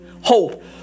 hope